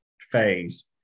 phase